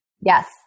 Yes